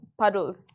puddles